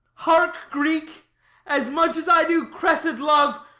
hark, greek as much as i do cressid love,